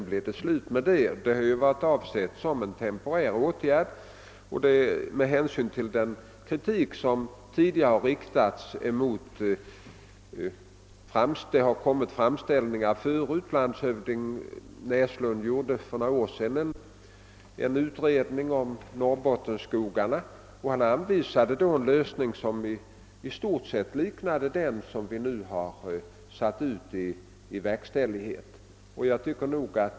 Bestämmelserna är ju avsedda att vara temporära. Landshövding Näslund gjorde för några år sedan en utredning om Norrbottenskogarna och anvisade då en lösning som i stort sett liknade den som vi nu har beslutat.